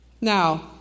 Now